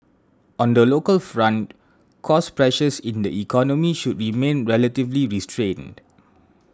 on the local front cost pressures in the economy should remain relatively restrained